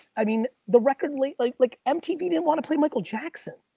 i mean the record lately, like mtv didn't want to play michael jackson.